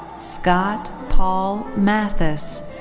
scott paul mathis.